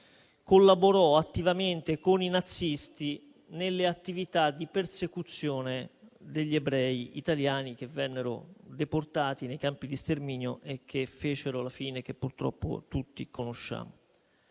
collaborò attivamente con i nazisti nelle attività di persecuzione degli ebrei italiani, che vennero deportati nei campi di sterminio e che fecero la fine che purtroppo tutti conosciamo.